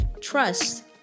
trust